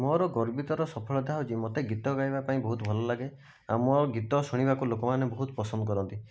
ମୋର ଗର୍ବିତର ସଫଳତା ହେଉଛି ମୋତେ ଗୀତ ଗାଇବା ପାଇଁ ବହୁତ ଭଲ ଲାଗେ ଆଉ ମୋ ଗୀତ ଶୁଣିବାକୁ ଲୋକମାନେ ବହୁତ ପସନ୍ଦ କରନ୍ତି